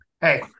Hey